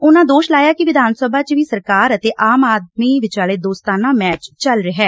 ਉਨੂਾ ਦੋਸ਼ ਲਾਇਆ ਕਿ ਵਿਧਾਨ ਸਭਾ ਚ ਵੀ ਸਰਕਾਰ ਅਤੇ ਆਮ ਆਦਮੀ ਪਾਰਟੀ ਵਿਚਾਲੇ ਦੋਸਤਾਨਾ ਮੈਚ ਚੱਲ ਰਿਹੈ